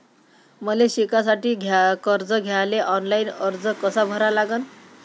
मले शिकासाठी कर्ज घ्याले ऑनलाईन अर्ज कसा भरा लागन?